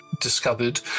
discovered